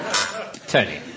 Tony